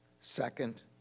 Second